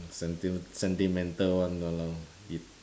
senti~ sentimental one ya lor